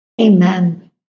Amen